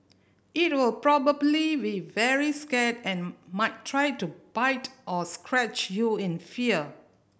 it will probably be very scared and might try to bite or scratch you in fear